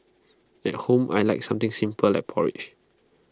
at home I Like something simple like porridge